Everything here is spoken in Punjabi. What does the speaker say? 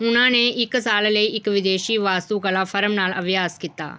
ਉਨ੍ਹਾਂ ਨੇ ਇੱਕ ਸਾਲ ਲਈ ਇੱਕ ਵਿਦੇਸ਼ੀ ਵਾਸਤੂਕਲਾ ਫਰਮ ਨਾਲ ਅਭਿਆਸ ਕੀਤਾ